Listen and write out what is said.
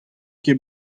ket